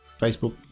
Facebook